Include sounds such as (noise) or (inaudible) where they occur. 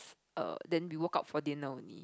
(noise) err then we woke up for dinner only